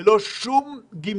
משפט ללא שום גמגום,